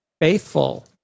faithful